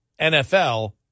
NFL